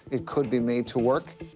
it could be made to work.